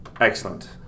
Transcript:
excellent